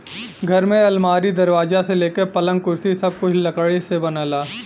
घर में अलमारी, दरवाजा से लेके पलंग, कुर्सी सब कुछ लकड़ी से बनला